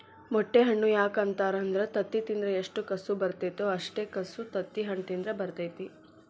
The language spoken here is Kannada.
ಮೊಟ್ಟೆ ಹಣ್ಣು ಯಾಕ ಅಂತಾರ ಅಂದ್ರ ತತ್ತಿ ತಿಂದ್ರ ಎಷ್ಟು ಕಸು ಬರ್ತೈತೋ ಅಷ್ಟೇ ಕಸು ತತ್ತಿಹಣ್ಣ ತಿಂದ್ರ ಬರ್ತೈತಿ